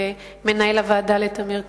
למנהל הוועדה טמיר כהן.